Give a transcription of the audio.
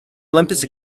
olympics